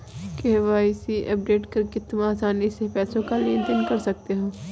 KYC update करके तुम आसानी से पैसों का लेन देन कर सकते हो